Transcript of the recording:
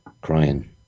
crying